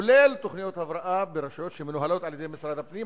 כולל תוכניות הבראה ברשויות שמנוהלות על-ידי משרד הפנים,